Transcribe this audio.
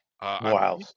Wow